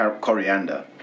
coriander